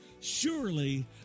Surely